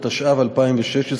התשע"ו 2016,